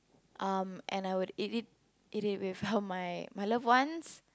um and I would eat it eat it with uh my love ones